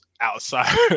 outside